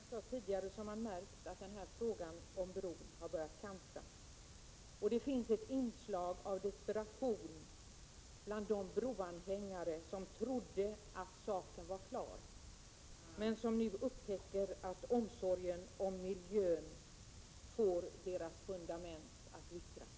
Fru talman! Mycket i det som Sten Andersson i Malmö har sagt är faktiskt inte värt att kommentera. Men som jag sade tidigare, har man märkt att denna fråga om bron har börjat kantra. Det finns ett inslag av desperation bland de broanhängare som trodde att saken var klar. De upptäcker nu att omsorgen om miljön får deras fundament att vittra.